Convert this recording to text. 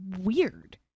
weird